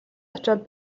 очоод